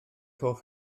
hoff